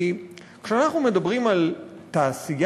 כי כשאנחנו מדברים על תעשייה,